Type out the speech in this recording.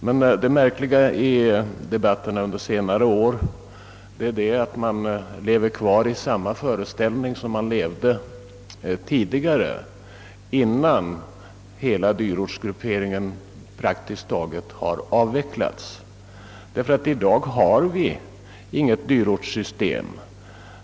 Men det märkliga i debatten under senare år är att man lever kvar i samma föreställning som tidigare, innan hela dyrortsgrupperingen praktiskt hade avvecklats. I dag har vi inget dyrortssystem.